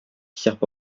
pierres